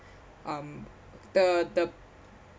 um the the